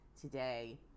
today